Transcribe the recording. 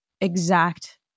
exact